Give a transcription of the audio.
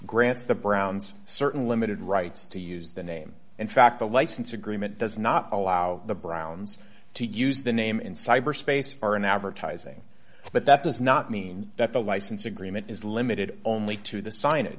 grants the browns certain limited rights to use the name in fact the license agreement does not allow the browns to use the name in cyberspace for an advertising but that does not mean that the license agreement is limited only to